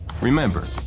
Remember